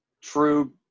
true